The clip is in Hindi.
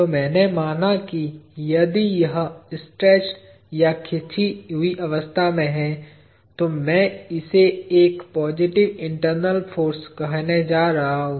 तो मैंने माना कि यदि यह स्ट्रेचड या खींची हुई अवस्था में है तो मैं इसे एक पॉजिटिव इंटरनल फाॅर्स कहने जा रहा हूँ